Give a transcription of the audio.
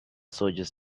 soldiers